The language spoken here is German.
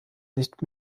nicht